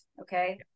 okay